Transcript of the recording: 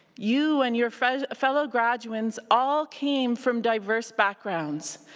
you and your fellow fellow graduands all came from diverse backgrounds.